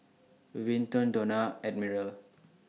Vinton Donna and Admiral